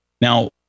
Now